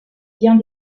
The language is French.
vient